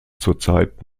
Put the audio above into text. zurzeit